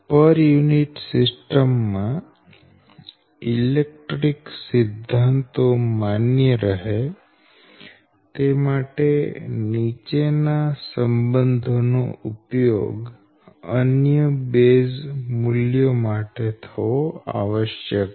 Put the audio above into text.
પર unit system માં electric સિદ્ધાંતો માન્ય રહે તે માટે નીચેના સંબંધો નો ઉપયોગ અન્ય બેઝ મૂલ્યો માટે થવો આવશ્યક છે